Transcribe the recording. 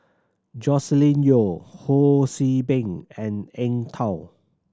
Joscelin Yeo Ho See Beng and Eng Tow